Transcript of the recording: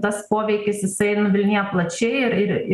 tas poveikis jisai nuvilnija plačiai ir ir